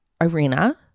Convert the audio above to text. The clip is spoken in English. Irina